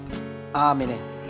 Amen